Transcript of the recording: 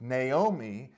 Naomi